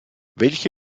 welche